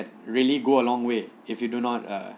really go a long way if you do not uh